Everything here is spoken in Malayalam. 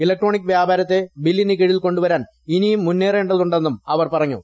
ഇലക്ട്രോണിക് വ്യാപാരത്തെ ബില്ലിന് കീഴിൽ കൊണ്ടുവരാൻ ഇനിയും മുന്നേറേണ്ടതുണ്ടെന്നും അവർ പറഞ്ഞു